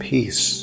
Peace